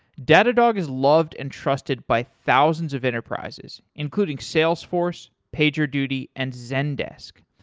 datadog is loved and trusted by thousands of enterprises including salesforce, pagerduty, and zendesk.